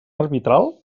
arbitral